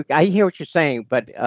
like i hear what you're saying, but